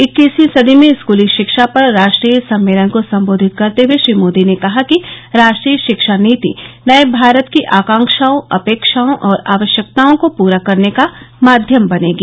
इक्कीसवीं सदी में स्कूली शिक्षा पर राष्ट्रीय सम्मेलन को संबोधित करते हुए श्री मोदी ने कहा कि राष्ट्रीय शिक्षा नीति नये भारत की आकांक्षाओं अपेक्षाओं और आवश्यकताओं को पुरा करने का माध्यम बनेगी